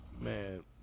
Man